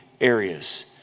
areas